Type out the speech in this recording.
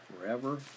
forever